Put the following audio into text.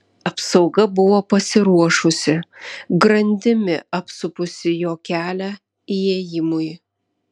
apsauga buvo pasiruošusi grandimi apsupusi jo kelią įėjimui